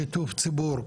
שיתוף ציבור,